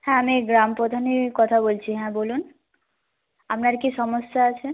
হ্যাঁ আমি গ্রাম প্রধানই কথা বলছি হ্যাঁ বলুন আপনার কী সমস্যা আছে